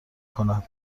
کند